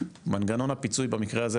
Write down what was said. מנגנון הפיצוי במקרה הזה,